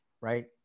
right